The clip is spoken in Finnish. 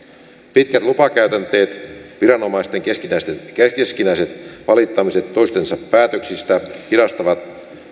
pitkät lupakäytänteet viranomaisten keskinäiset valittamiset toistensa päätöksistä hidastavat